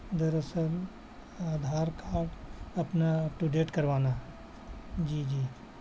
دراصل آدھار کارڈ اپنا up to date کروانا جی جی